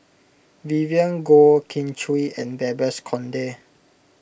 Vivien Goh Kin Chui and Babes Conde